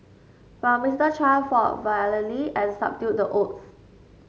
but Mister Chan fought valiantly and subdued the odds